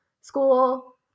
school